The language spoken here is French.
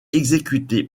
exécuté